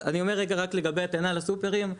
אני אומר רק לגבי הטענה לסופרים,